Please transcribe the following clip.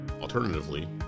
alternatively